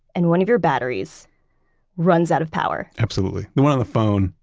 and one of your batteries runs out of power? absolutely. the one on the phone,